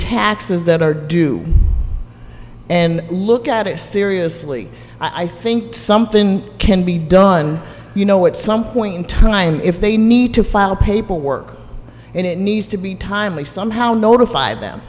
taxes that are due and look at it seriously i think something can be done you know what some point in time if they need to file paperwork and it needs to be timely somehow notify them